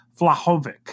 Flahovic